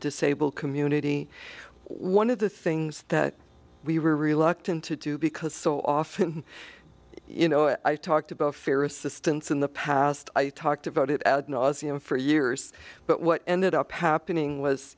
disabled community one of the things that we were reluctant to do because so often you know i talked about fear assistance in the past i talked about it ad nauseum for years but what ended up happening was